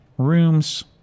Rooms